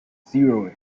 zero